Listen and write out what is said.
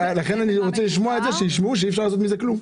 לכן אני רוצה שישמעו את זה שאי אפשר לעשת עם זה כלום.